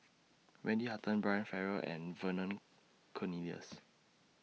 Wendy Hutton Brian Farrell and Vernon Cornelius